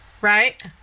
right